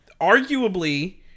arguably